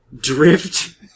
drift